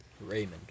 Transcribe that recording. Raymond